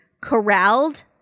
corralled